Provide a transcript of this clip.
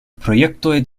projektoj